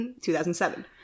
2007